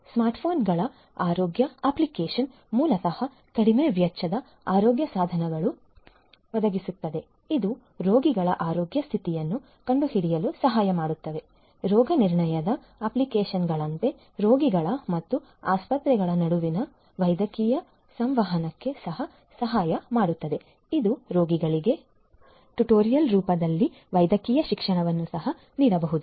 smart ಫೋನ್ಗಳ ಆರೋಗ್ಯ application ಮೂಲತಃ ಕಡಿಮೆ ವೆಚ್ಚದ ಆರೋಗ್ಯ ಸಾಧನಗಳನ್ನು ಒದಗಿಸುತ್ತದೆ ಇದು ರೋಗಿಗಳ ಆರೋಗ್ಯ ಸ್ಥಿತಿಯನ್ನು ಕಂಡುಹಿಡಿಯಲು ಸಹಾಯ ಮಾಡುವ ರೋಗನಿರ್ಣಯದ ಅಪ್ಲಿಕೇಶನ್ಗಳಂತೆ ರೋಗಿಗಳು ಮತ್ತು ಆಸ್ಪತ್ರೆಗಳ ನಡುವಿನ ವೈದ್ಯಕೀಯ ಸಂವಹನಕ್ಕೆ ಸಹ ಸಹಾಯ ಮಾಡುತ್ತದೆ ಮತ್ತು ರೋಗಿಗಳಿಗೆ ಟ್ಯುಟೋರಿಯಲ್ ರೂಪದಲ್ಲಿ ವೈದ್ಯಕೀಯ ಶಿಕ್ಷಣವನ್ನು ಸಹ ನೀಡಬಹುದು